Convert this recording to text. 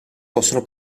possono